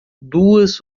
duas